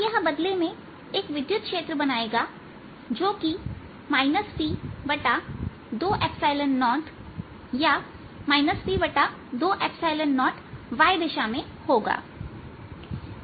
यह बदले में एक विद्युत क्षेत्र E बनाएगा जो कि P20या P20 y दिशा में होगा